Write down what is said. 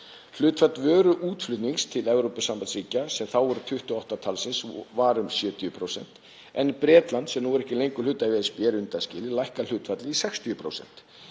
Hlutfall vöruútflutnings til Evrópusambandsríkja, sem þá voru 28 talsins, var um 70% en ef Bretland, sem nú er ekki lengur hluti af ESB, er undanskilið lækkar hlutfallið í 60%.